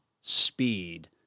speed